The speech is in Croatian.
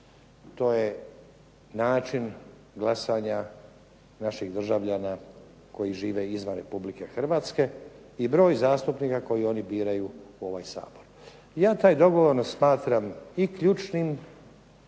To je način glasanja naših državljana koji žive izvan Republike Hrvatske i broj zastupnika koji oni biraju u ovaj Sabor. Ja taj dogovor smatram i ključnim